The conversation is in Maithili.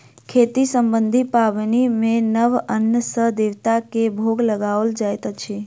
खेती सम्बन्धी पाबनि मे नव अन्न सॅ देवता के भोग लगाओल जाइत अछि